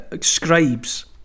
scribes